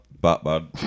Batman